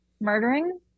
murdering